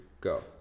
go